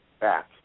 back